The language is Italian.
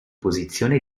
posizione